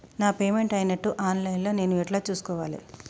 నా పేమెంట్ అయినట్టు online లా నేను ఎట్ల చూస్కోవాలే?